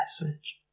message